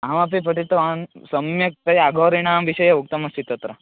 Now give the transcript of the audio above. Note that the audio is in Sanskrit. अहमपि पठितवान् सम्यक्तया अघोरिणां विषये उक्तम् अस्ति तत्र